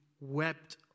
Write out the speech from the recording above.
wept